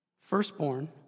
firstborn